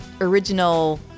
original